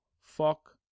Fuck